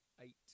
eight